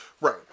Right